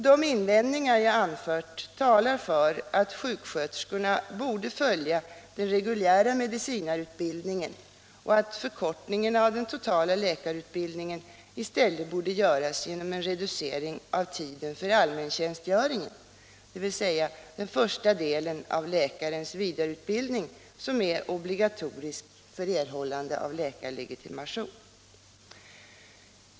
De invändningar jag anfört talar för att sjuksköterskorna borde följa den reguljära medicinarutbildningen och att förkortningen av den totala lärarutbildningen i stället borde göras genom en reducering av tiden för allmäntjänstgöring, dvs. den första delen av läkarens vidareutbildning, som är obligatorisk för erhållande av läkarlegitimation.